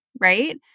right